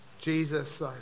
Jesus